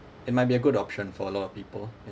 it might be a good option for a lot of people